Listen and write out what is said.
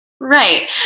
Right